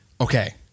Okay